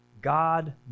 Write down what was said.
God